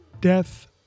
death